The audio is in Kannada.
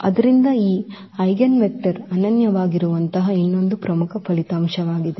ಆದ್ದರಿಂದ ಈ ಐಜೆನ್ವೆಕ್ಟರ್ ಅನನ್ಯವಾಗಿರುವಂತಹ ಇನ್ನೊಂದು ಪ್ರಮುಖ ಫಲಿತಾಂಶವಾಗಿದೆ